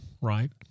right